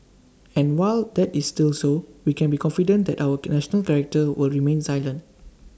and while that is still so we can be confident that our national character will remain resilient